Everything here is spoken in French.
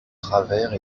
travers